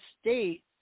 State